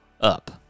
up